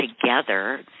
together